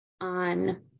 on